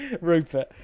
Rupert